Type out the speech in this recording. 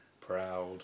Proud